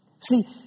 See